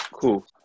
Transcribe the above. Cool